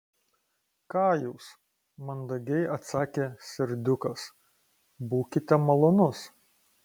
ką jūs mandagiai atsakė serdiukas būkite malonus